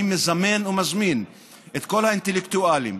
אני מזמן ומזמין את כל האינטלקטואלים,